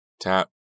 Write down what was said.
Tap